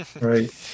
Right